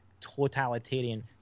totalitarian